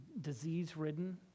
disease-ridden